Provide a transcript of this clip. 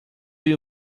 you